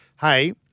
hey